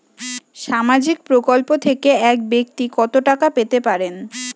সামাজিক প্রকল্প থেকে এক ব্যাক্তি কত টাকা পেতে পারেন?